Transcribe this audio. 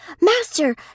Master